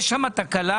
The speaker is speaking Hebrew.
יש שם תקלה.